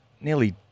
nearly